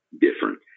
different